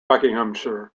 buckinghamshire